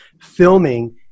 filming